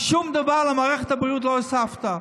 ושום דבר למערכת הבריאות לא הוספת.